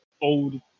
old